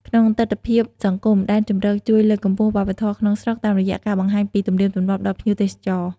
ក្នុងទិដ្ឋភាពសង្គម ដែនជម្រកជួយ លើកកម្ពស់វប្បធម៌ ក្នុងស្រុក តាមរយៈការបង្ហាញពីទំនៀមទម្លាប់ដល់ភ្ញៀវទេសចរ។